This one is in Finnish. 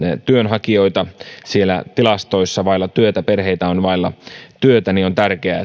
työnhakijoita siellä tilastoissa vailla työtä perheitä on vailla työtä niin on tärkeää